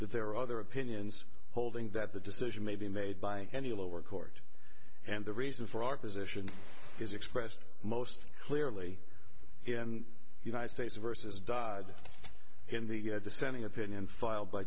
that there are other opinions holding that the decision may be made by any lower court and the reason for our position is expressed most clearly in united states versus died in the dissenting opinion filed by